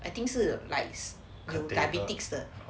I think 是 likes diabetes 的